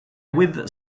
with